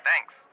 Thanks